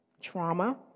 Trauma